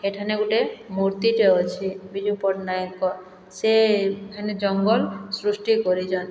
ହେଠାନେ ଗୁଟେ ମୂର୍ତ୍ତୀଟେ ଅଛେ ବିଜୁ ପଟ୍ଟନାୟଙ୍କର ସେ ହେନ ଜଙ୍ଗଲ ସୃଷ୍ଟି କରିଛନ